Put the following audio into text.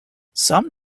some